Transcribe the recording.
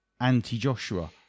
anti-joshua